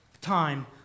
time